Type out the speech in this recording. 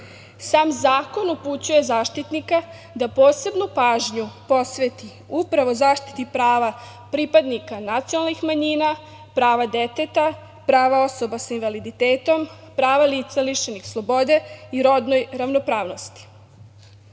zakon upućuje Zaštitnika da posebnu pažnju posveti upravo zaštiti prava pripadnika nacionalnih manjina, prava deteta, prava osoba sa invaliditetom, prava lica lišenih slobode i rodnoj ravnopravnosti. Ono